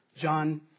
John